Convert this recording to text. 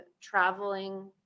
traveling